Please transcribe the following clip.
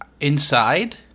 inside